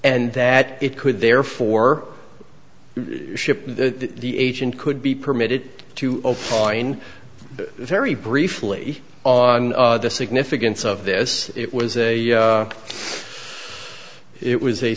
and that it could therefore ship to the agent could be permitted to opine very briefly on the significance of this it was a it was a